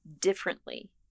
differently